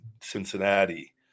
Cincinnati